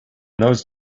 those